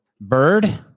Bird